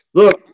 look